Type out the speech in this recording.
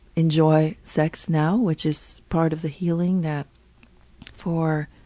enjoy sex now, which is part of the healing that for